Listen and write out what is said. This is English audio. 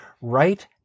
right